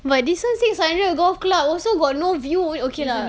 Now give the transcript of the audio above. but this [one] six hundred golf club also got no view o~ okay lah